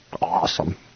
Awesome